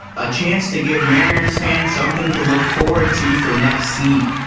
a chance to give mariners fans something to look forward to for next sea.